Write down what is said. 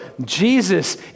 Jesus